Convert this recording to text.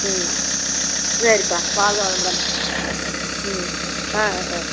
ம் சரிப்பா வாழ்க வளமுடன் ம் ஆ ஆ